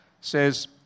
says